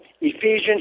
Ephesians